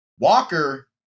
Walker